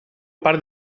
part